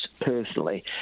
personally